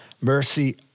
mercy